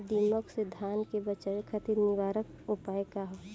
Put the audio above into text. दिमक से धान के बचावे खातिर निवारक उपाय का ह?